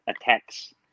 attacks